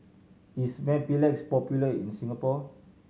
is Mepilex popular in Singapore